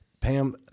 Pam